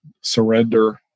surrender